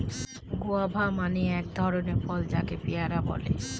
guava মানে এক ধরনের ফল যাকে পেয়ারা বলে